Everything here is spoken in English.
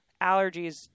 allergies